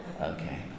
okay